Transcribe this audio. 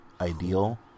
ideal